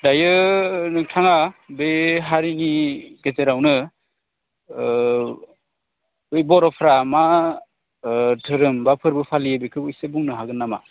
दायो नोंथाङा बे हारिनि गेजेरावनो बै बर'फ्रा मा धोरोम बा फोरबो फालियो बेखौ इसे बुंनो हागोन नामा